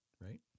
right